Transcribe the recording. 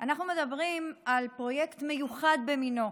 אנחנו מדברים על פרויקט מיוחד במינו,